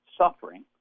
suffering